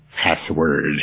Password